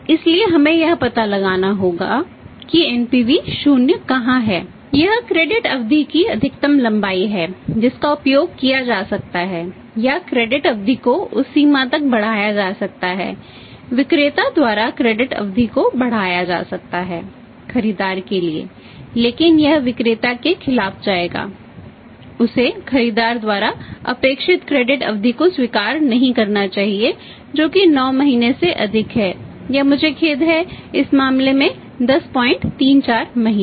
इसलिए हमें यह पता लगाना होगा कि एनपीवी अवधि को स्वीकार नहीं करना चाहिए जो कि नौ महीने से अधिक है या मुझे खेद है इस मामले में 1034 महीने